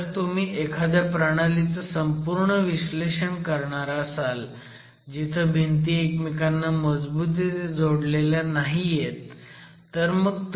जर तुम्ही एखाद्या प्रणालीचं संपूर्ण विश्लेषण करणार असाल जिथं भिंती एकमेकांना मजबुतीने जोडलेल्या नाहीयेत तर मग त्रुटी आहे